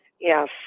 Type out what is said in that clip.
Yes